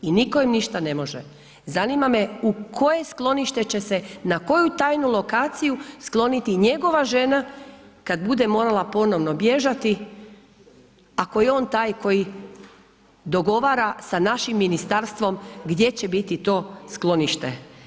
I nitko im ništa ne može. zanima me u koje sklonište će se, na koju tajnu lokaciju skloniti njegova žena kad bude morala ponovno bježati ako je on taj koji dogovara sa našim ministarstvom gdje će biti to sklonište.